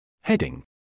Heading